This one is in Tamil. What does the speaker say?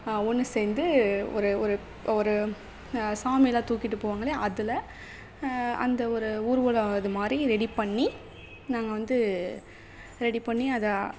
ஒன்று சேர்ந்து ஒரு ஒரு ஒரு சாமி எல்லாம் தூக்கிகிட்டு போவாங்க இல்லையா அதில் அந்த ஒரு ஊர்வலம் அதுமாதிரி ரெடி பண்ணி நாங்கள் வந்து ரெடி பண்ணி அதை